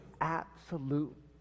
absolute